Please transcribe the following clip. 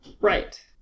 Right